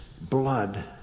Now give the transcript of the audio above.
blood